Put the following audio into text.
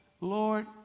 Lord